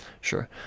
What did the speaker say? Sure